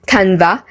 Canva